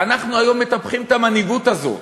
ואנחנו היום מטפחים את המנהיגות הזאת.